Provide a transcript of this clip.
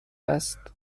است